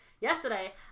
yesterday